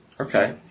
Okay